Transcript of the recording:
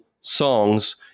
songs